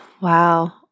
wow